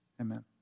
Amen